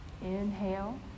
Inhale